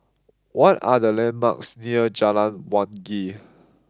what are the landmarks near Jalan Wangi